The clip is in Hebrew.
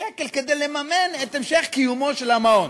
שקל כדי לממן את המשך קיומו של המעון?